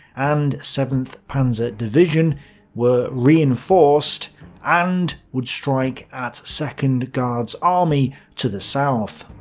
and seventh panzer division were reinforced and would strike at second guards army to the south.